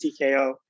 TKO